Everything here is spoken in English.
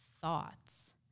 thoughts